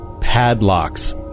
padlocks